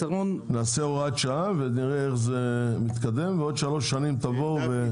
נעשה הוראת שעה ונראה איך זה מתקדם ובעוד שלוש שנים תבואו.